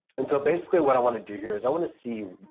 and so basically what i wanna do here is i wanna see,